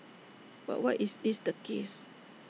but why is this the case